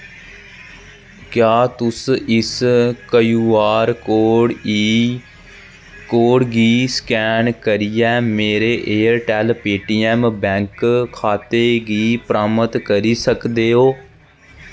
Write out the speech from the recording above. क्या तुस इस क्यूआर कोड ई कोड गी स्कैन करियै मेरे एयरटैल्ल पेटीएम बैंक खाते गी प्रामट करी सकदे ओ